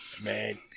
man